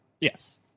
Yes